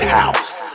house